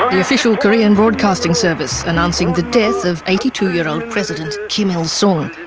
um the official korean broadcasting service announcing the death of eighty two year old president kim il-sung.